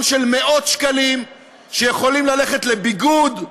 של מאות שקלים שיכולים ללכת לביגוד,